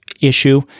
issue